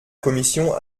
commission